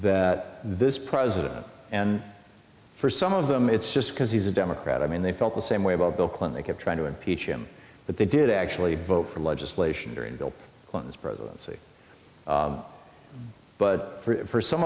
that this president and for some of them it's just because he's a democrat i mean they felt the same way about bill clinton trying to impeach him but they did actually vote for legislation during bill clinton's presidency but for some